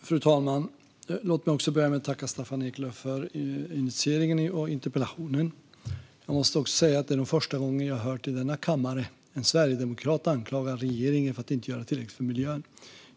Fru talman! Jag vill tacka Staffan Eklöf för att han initierat detta och för interpellationen. Jag måste också säga att det är första gången jag i denna kammare har hört en sverigedemokrat anklaga regeringen för att inte göra tillräckligt för miljön.